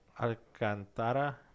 Alcantara